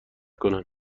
کنم